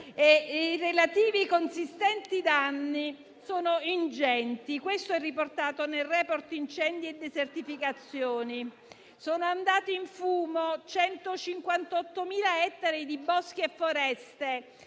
i relativi consistenti danni sono ingenti: questo è riportato nel *report* Incendi e desertificazioni. Sono andati in fumo 158.000 ettari di boschi e foreste,